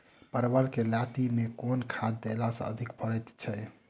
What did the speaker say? परवल केँ लाती मे केँ खाद्य देला सँ अधिक फरैत छै?